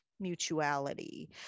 mutuality